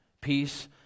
Peace